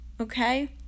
Okay